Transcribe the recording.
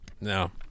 No